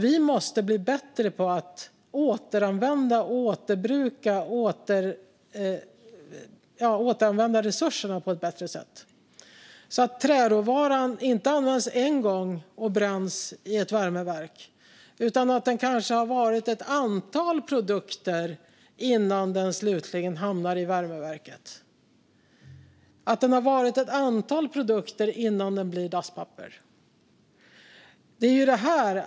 Vi måste bli bättre på att återanvända, återbruka och återvinna resurserna på ett bättre sätt, så att träråvaran inte används en gång och bränns i ett värmeverk utan att den kanske har varit ett antal produkter innan den slutligen hamnar i värmeverket. Den ska ha varit ett antal produkter innan den blir dasspapper.